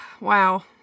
wow